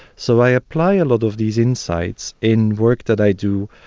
so i apply a lot of these insights in work that i do,